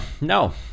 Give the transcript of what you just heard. no